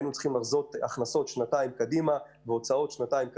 היינו צריכים לחזות הכנסות שנתיים קדימה והוצאות שנתיים קדימה.